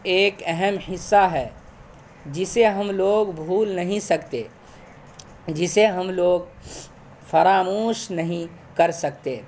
ایک اہم حصہ ہے جسے ہم لوگ بھول نہیں سکتے جسے ہم لوگ فراموش نہیں کر سکتے